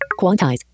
quantize